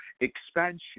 expansion